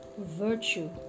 virtue